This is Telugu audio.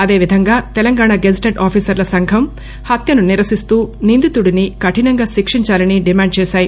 అదే విధంగా తెలంగాణ గెజిటెడ్ ఆఫీసర్ల సంఘం హత్సను నిరసిస్తూ నిందితుడిని కఠినంగా శిక్షించాలని డిమాండ్ చేశాయి